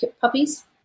puppies